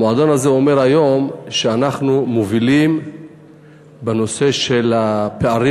המועדון הזה אומר היום שאנחנו מובילים בנושא של פערים